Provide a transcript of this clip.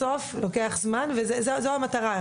בסוף לוקח זמן, וזו המטרה.